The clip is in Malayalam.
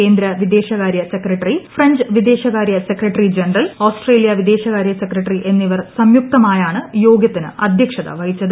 കേന്ദ്ര പ്രിദ്ദേശകാര്യ സെക്രട്ടറി ഫ്രഞ്ച് വിദേശകാര്യ സെക്രട്ടറി ജനറൽ ഓസ്ട്രേലിയ വിദേശകാരൃ സെക്രട്ടറി എന്നിവർ സംയുക്തമായാണ് യോഗത്തിന് ആധ്യക്ഷം വഹിച്ചത്